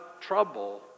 trouble